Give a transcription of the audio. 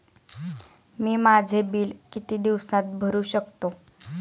मी माझे बिल किती दिवसांत भरू शकतो?